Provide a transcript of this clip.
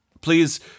please